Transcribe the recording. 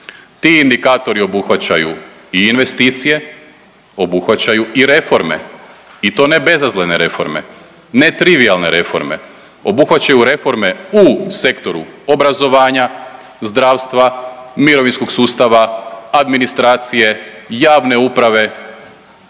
Ti indikatori obuhvaćaju i investicije, obuhvaćaju i reforme i to ne bezazlene reforme, ne trivijalne reforme. Obuhvaćaju reforme u sektoru obrazovanja, zdravstva, mirovinskog sustava, administracije, javne uprave,